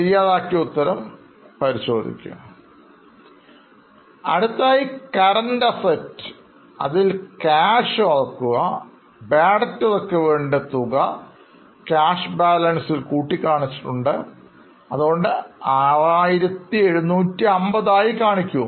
തയ്യാറാക്കിയ ഉത്തരം പരിശോധിക്കുക അടുത്തതായി Current Assets അതിൽ Cash ഓർക്കുക Bad debt recovered ൻറെ തുക Cash ബാലൻസിൽ കൂട്ടി കാണിച്ചിട്ടുണ്ട് അതുകൊണ്ട് 6750 ആയി കാണിക്കൂ